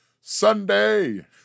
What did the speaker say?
Sunday